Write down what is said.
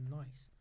nice